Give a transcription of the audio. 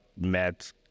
met